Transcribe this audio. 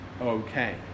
okay